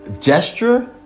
gesture